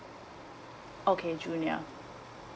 okay junior